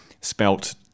spelt